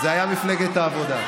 זו הייתה מפלגת העבודה,